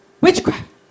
witchcraft